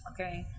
Okay